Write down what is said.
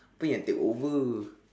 apa yang take over